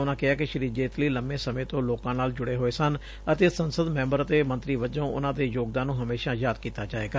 ਉਨੂਾਂ ਕਿਹੈ ਕਿ ਸ਼ੂੀ ਜੇਤਲੀ ਲੰਮੇ ਸਮੇਂ ਤੋਂ ਲੋਕਾਂ ਨਾਲ ਜੁੜੇ ਹੋਏ ਸਨ ਤੇ ਸੰਸਦ ਮੈਬਰ ਅਤੇ ਮੰਤਰੀ ਵਜੋਂ ਉਨਾਂ ਦੇ ਯੋਗਦਾਨ ਨੂੰ ਹਮੇਸ਼ਾ ਯਾਦ ਕੀਤਾ ਜਾਏਗਾ